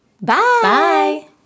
Bye